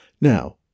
Now